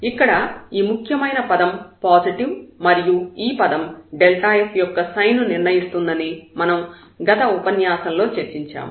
ఇక్కడ ఈ ముఖ్యమైన పదం పాజిటివ్ మరియు ఈ పదం f యొక్క సైన్ ను నిర్ణయిస్తుందని మనం గత ఉపన్యాసంలో చర్చించాము